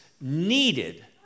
needed